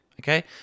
Okay